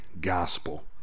gospel